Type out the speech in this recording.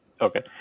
Okay